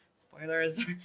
spoilers